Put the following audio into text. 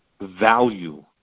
value